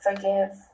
forgive